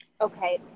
Okay